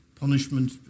punishment